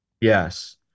Yes